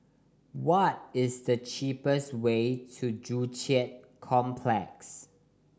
what is the cheapest way to Joo Chiat Complex